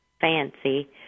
fancy